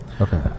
Okay